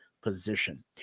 position